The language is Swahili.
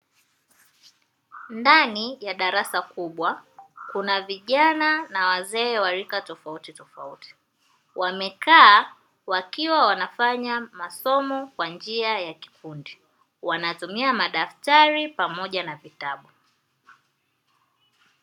Ndani ya darasa kubwa kuna vijana na wazee wa rika tofautitofauti , wamekaa wakiwa wanafanya masomo kwa njia ya kikundi, wanatumia madaftari pamoja na vitabu.